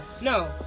no